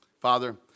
Father